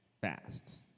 Fast